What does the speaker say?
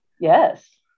Yes